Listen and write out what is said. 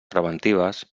preventives